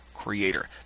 creator